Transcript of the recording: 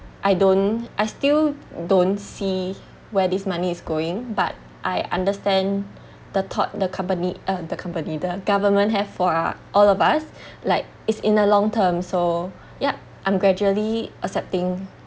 I don't I still don't see where this money is going but I understand the thought the company uh the company the government have for uh all of us like is in a long term so yup I'm gradually accepting